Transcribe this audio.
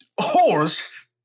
horse